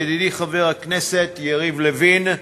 ידידי חבר הכנסת יריב לוין,